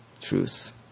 truth